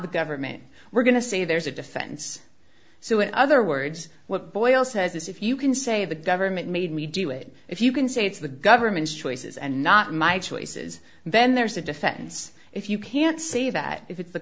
the government we're going to say there's a defense so in other words what boyle says is if you can say the government made me do it if you can say it's the government's choices and not my choices then there's a defense if you can't say that if it's the